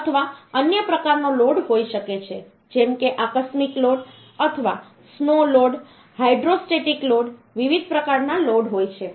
અથવા અન્ય પ્રકારનો લોડ હોઈ શકે છે જેમ કે આકસ્મિક લોડ અથવા સ્નો લોડ હાઈડ્રોસ્ટેટિક લોડ વિવિધ પ્રકારના લોડ હોય છે